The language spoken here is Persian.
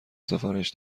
سفارش